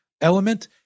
element